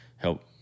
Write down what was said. help